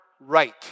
right